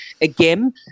again